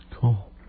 Cool